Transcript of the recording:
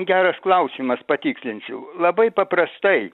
geras klausimas patikslinsiu labai paprastai